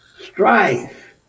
strife